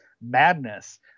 madness